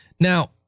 Now